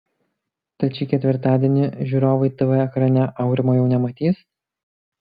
tad šį ketvirtadienį žiūrovai tv ekrane aurimo jau nematys